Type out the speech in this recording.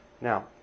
Now